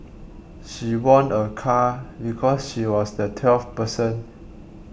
she won a car because she was the twelfth person